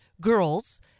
girls